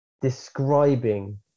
describing